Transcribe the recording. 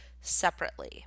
separately